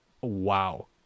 wow